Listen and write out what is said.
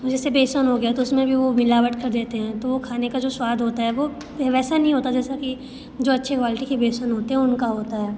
जैसे बेसन हो गया तो उसमें भी वो मिलावट कर देते हैं तो वो खाने का जो स्वाद होता है वो वैसा नहीं होता जैसा कि जो अच्छे क्वालिटी के बेसन होते हैं उनका होता है